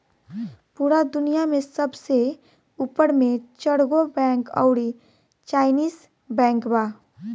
पूरा दुनिया में सबसे ऊपर मे चरगो बैंक अउरी चाइनीस बैंक बा